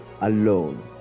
alone